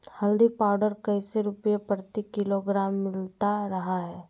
हल्दी पाउडर कैसे रुपए प्रति किलोग्राम मिलता रहा है?